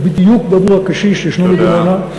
בדיוק בעבור הקשיש בדימונה,